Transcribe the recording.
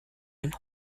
einen